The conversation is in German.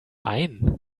ein